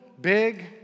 big